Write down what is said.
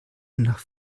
nach